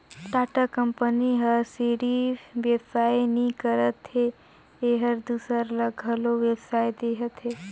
Tata company ह सिरिफ बेवसाय नी करत हे एहर दूसर ल घलो बेवसाय देहत हे